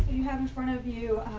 you have in front of you.